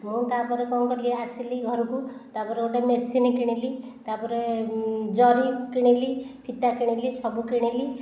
ମୁଁ ତାପରେ କଣ କଲି ଆସିଲି ଘରକୁ ତାପରେ ଗୋଟିଏ ମେସିନ୍ କିଣିଲି ତାପରେ ଜରି କିଣିଲି ଫିତା କିଣିଲି ସବୁ କିଣିଲି